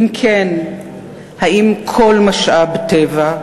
2. אם כן, האם כל משאב טבע,